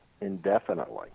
indefinitely